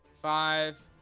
Five